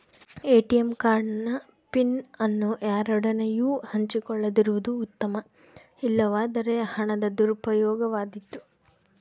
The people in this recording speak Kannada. ಏಟಿಎಂ ಕಾರ್ಡ್ ನ ಪಿನ್ ಅನ್ನು ಯಾರೊಡನೆಯೂ ಹಂಚಿಕೊಳ್ಳದಿರುವುದು ಉತ್ತಮ, ಇಲ್ಲವಾದರೆ ಹಣದ ದುರುಪಯೋಗವಾದೀತು